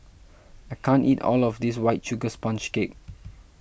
I can't eat all of this White Sugar Sponge Cake